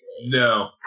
No